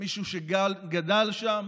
כמישהו שגדל שם,